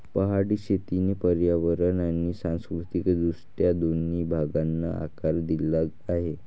पहाडी शेतीने पर्यावरण आणि सांस्कृतिक दृष्ट्या दोन्ही भागांना आकार दिला आहे